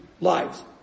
lives